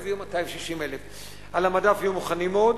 אז יהיו 260,000. על המדף יהיו מוכנים עוד.